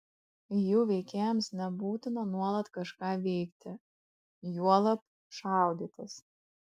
jų veikėjams nebūtina nuolat kažką veikti juolab šaudytis